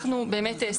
אנחנו באמת,